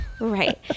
Right